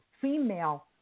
female